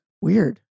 Weird